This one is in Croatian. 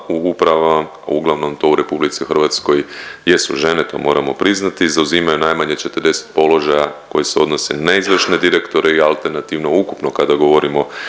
upravama, uglavnom to u RH jesu žene to moramo priznati zauzimaju najmanje 40 položaja koji se odnose na izvršne direktore i alternativno ukupno kada govorimo